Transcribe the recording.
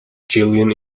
jillian